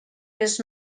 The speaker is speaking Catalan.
les